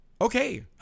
Okay